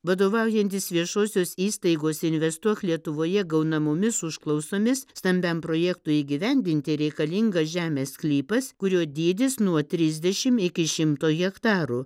vadovaujantis viešosios įstaigos investuok lietuvoje gaunamomis užklausomis stambiam projektui įgyvendinti reikalingas žemės sklypas kurio dydis nuo trisdešim iki šimto hektarų